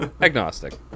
Agnostic